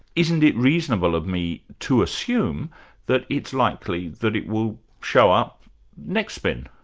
isn't it reasonable of me to assume that it's likely that it will show up next spin.